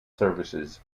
services